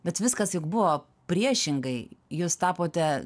bet viskas juk buvo priešingai jūs tapote